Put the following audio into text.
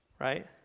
right